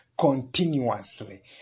continuously